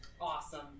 Awesome